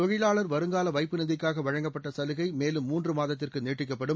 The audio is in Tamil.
தொழிலாளர் வருங்கால வைப்பு நிதிக்காக வழங்கப்பட்ட சலுகை மேலும் மூன்று மாதத்திற்கு நீட்டிக்கப்படும்